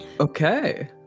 Okay